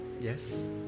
yes